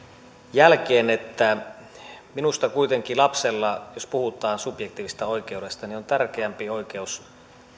jälkeen että minusta kuitenkin lapsella jos puhutaan subjektiivisesta oikeudesta on tärkeämpi oikeus